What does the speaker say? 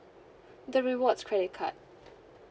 the rewards credit card